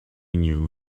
knew